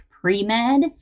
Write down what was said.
pre-med